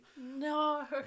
No